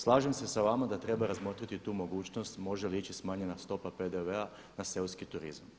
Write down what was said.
Slažem se sa vama da treba razmotriti tu mogućnost može li ići smanjena stopa PDV-a na seoski turizam.